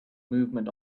movement